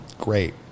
great